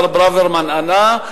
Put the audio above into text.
וכבוד השר ברוורמן ענה,